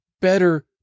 better